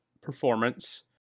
performance